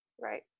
Right